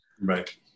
right